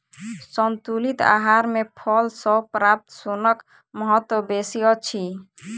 संतुलित आहार मे फल सॅ प्राप्त सोनक महत्व बेसी अछि